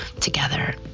together